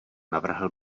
navrhl